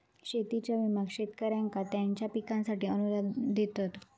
शेतीच्या विम्याक शेतकऱ्यांका त्यांच्या पिकांसाठी अनुदान देतत